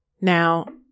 Now